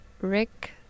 rick